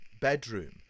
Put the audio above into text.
bedroom